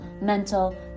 mental